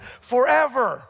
forever